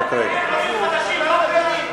כל מי שנמצא כאן הוא פליט או עולה חדש?